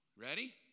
Ready